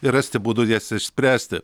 ir rasti būdų jas išspręsti